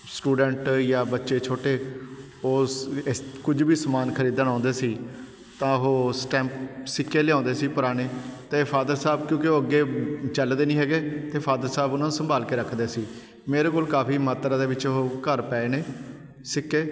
student ਜਾਂ ਬੱਚੇ ਛੋਟੇ ਕੁਝ ਵੀ ਸਮਾਨ ਖਰੀਦਣ ਆਉਂਦੇ ਸੀ ਤਾਂ ਉਹ ਸਟੈਂਪ ਸਿੱਕੇ ਲਿਆਉਂਦੇ ਸੀ ਪੁਰਾਣੇ ਅਤੇ ਫਾਦਰ ਸਾਹਿਬ ਕਿਉਂਕਿ ਉਹ ਅੱਗੇ ਚੱਲਦੇ ਨਹੀਂ ਹੈਗੇ ਅਤੇ ਫਾਦਰ ਸਾਹਿਬ ਉਹਨਾਂ ਨੂੰ ਸੰਭਾਲ ਕੇ ਰੱਖਦੇ ਸੀ ਮੇਰੇ ਕੋਲ ਕਾਫੀ ਮਾਤਰਾ ਦੇ ਵਿੱਚ ਉਹ ਘਰ ਪਏ ਨੇ ਸਿੱਕੇ